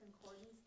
concordance